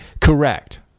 correct